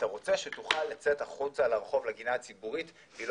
אתה רוצה שתוכל לצאת החוצה לרחוב לגינה הציבורית והיא